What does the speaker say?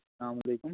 سلام وعلیکم